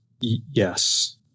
Yes